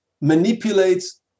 manipulates